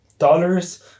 dollars